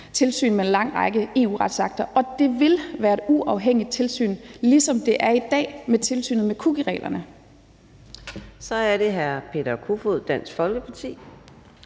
tilsyn med en lang række EU-retsakter, og det vil være et uafhængigt tilsyn, ligesom det er i dag med tilsynet med cookiereglerne. Kl. 10:11 Fjerde næstformand (Karina